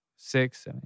Six